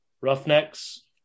Roughnecks